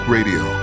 Radio